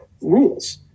rules